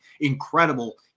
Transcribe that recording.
incredible